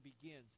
begins